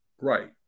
Right